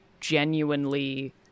genuinely